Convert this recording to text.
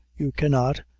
you cannot,